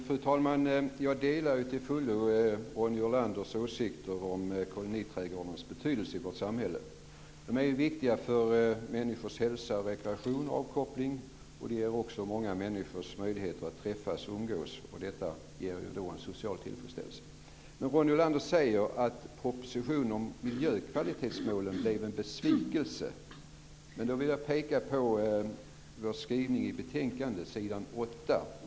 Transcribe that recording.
Fru talman! Jag delar till fullo Ronny Olanders åsikter om koloniträdgårdarnas betydelse i vårt samhälle. De är viktiga för människors hälsa, rekreation och avkoppling och de ger också många människor möjligheter att träffas och umgås. Detta ger en social tillfredsställelse. Ronny Olander säger att propositionen om miljökvalitetsmålen blev en besvikelse. Då vill jag peka på vår skrivning i betänkandet på s. 8.